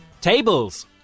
tables